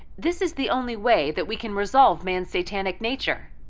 this is the only way that we can resolve man's satanic nature.